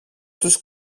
τους